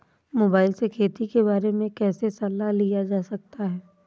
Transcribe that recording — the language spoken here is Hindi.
मोबाइल से खेती के बारे कैसे सलाह लिया जा सकता है?